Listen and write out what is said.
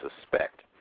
suspect